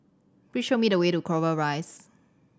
please show me the way to Clover Rise